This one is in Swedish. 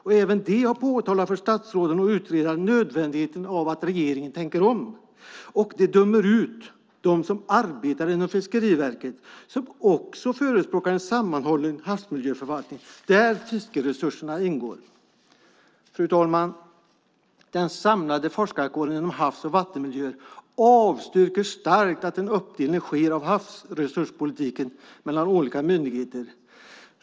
Och även de har påtalat för statsråden och utredaren nödvändigheten av att regeringen tänker om. Och de dömer ut dem som arbetar inom Fiskeriverket, som också förespråkar en sammanhållen havsmiljöförvaltning där fiskeresursen ingår. Fru ålderspresident! Den samlade forskarkåren inom havs och vattenmiljöer avstyrker starkt att en uppdelning sker av havsresurspolitiken mellan olika myndigheter.